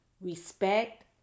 respect